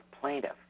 plaintiff